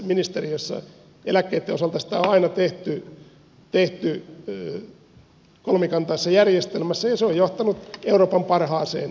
eläkkeitten osalta sitä on aina tehty kolmikantaisessa järjestelmässä ja se on johtanut euroopan parhaaseen eläkejärjestelmään